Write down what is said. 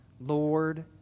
Lord